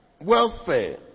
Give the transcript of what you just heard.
Welfare